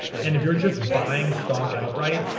and if you're just buying stock outright,